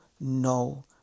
no